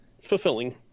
fulfilling